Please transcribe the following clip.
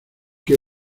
que